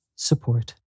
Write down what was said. Support